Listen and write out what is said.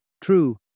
true